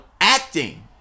acting